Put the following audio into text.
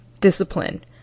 discipline